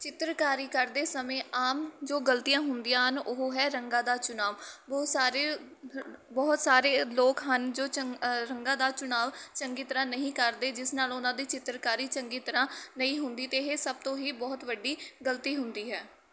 ਚਿੱਤਰਕਾਰੀ ਕਰਦੇ ਸਮੇਂ ਆਮ ਜੋ ਗਲਤੀਆਂ ਹੁੰਦੀਆਂ ਹਨ ਉਹ ਹੈ ਰੰਗਾਂ ਦਾ ਚੁਣਾਵ ਬਹੁਤ ਸਾਰੇ ਹ ਬਹੁਤ ਸਾਰੇ ਲੋਕ ਹਨ ਜੋ ਚੰਗ ਰੰਗਾਂ ਦਾ ਚੁਣਾਵ ਚੰਗੀ ਤਰ੍ਹਾਂ ਨਹੀਂ ਕਰਦੇ ਜਿਸ ਨਾਲ ਉਹਨਾਂ ਦੀ ਚਿੱਤਰਕਾਰੀ ਚੰਗੀ ਤਰ੍ਹਾਂ ਨਹੀਂ ਹੁੰਦੀ ਅਤੇ ਇਹ ਸਭ ਤੋਂ ਹੀ ਬਹੁਤ ਵੱਡੀ ਗਲਤੀ ਹੁੰਦੀ ਹੈ